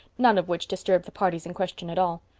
none of which disturbed the parties in question at all.